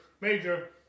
major